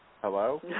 Hello